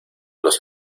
los